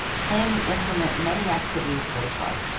plan and implement many activities for the club.